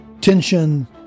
tension